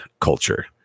culture